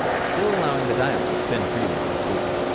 still allowing the dial to spin freely when cooled.